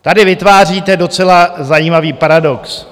Tady vytváříte docela zajímavý paradox.